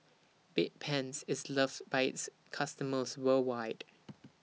Bedpans IS loved By its customers worldwide